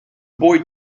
boy